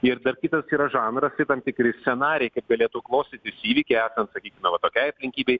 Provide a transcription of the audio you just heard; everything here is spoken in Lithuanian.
ir dar kitas yra žanras tai tam tikri scenarijai kaip galėtų klostytis įvykiai esant sakykime va tokiai aplinkybei